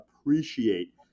appreciate